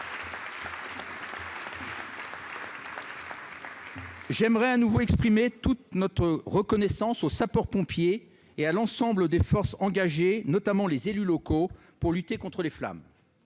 J'aimerais à mon tour exprimer toute notre reconnaissance envers les sapeurs-pompiers et l'ensemble des forces engagées, notamment les élus locaux, pour lutter contre les flammes.